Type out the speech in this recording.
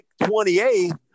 28